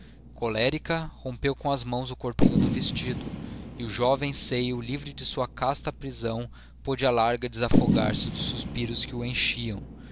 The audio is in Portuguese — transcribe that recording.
remédios colérica rompeu com as mãos o corpinho do vestido e o jovem seio livre de sua casta prisão pôde à larga desafogar se dos suspiros que o enchiam